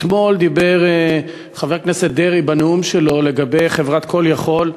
אתמול דיבר חבר הכנסת דרעי בנאום שלו על חברת "call יכול",